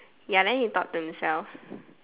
ya then he thought to himself